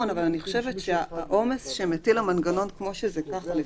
אבל אני חושבת שהעומס שמטיל המנגנון כפי שהוא כרגע,